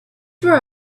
for